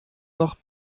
noch